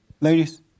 Ladies